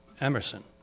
Emerson